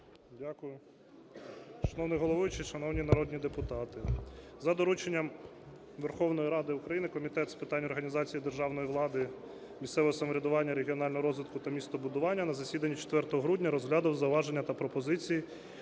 Дякую. Шановний головуючий, шановні народні депутати, за дорученням Верховної Ради України Комітет з питань організації державної влади, місцевого самоврядування, регіонального розвитку та містобудування на засіданні 4 грудня розглянув зауваження та пропозиції,